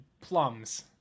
plums